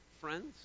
friends